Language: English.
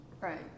right